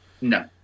no